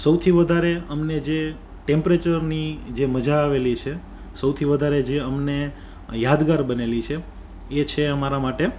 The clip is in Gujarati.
સૌથી વધારે અમને જે ટેમ્પરેચરની જે મજા આવેલી છે સૌથી વધારે જે અમને યાદગાર બનેલી છે એ છે અમારા માટે